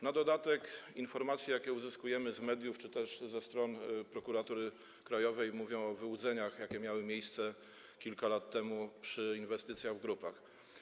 Na dodatek informacje, jakie uzyskujemy z mediów czy też ze strony Prokuratury Krajowej, mówią o wyłudzeniach, jakie miały miejsce kilka lat temu przy inwestycjach w grupach.